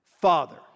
father